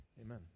amen